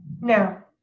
now